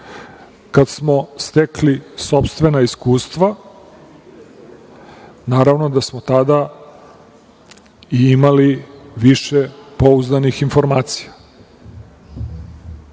kad smo stekli sopstvena iskustva, naravno da smo tada imali više pouzdanih informacija.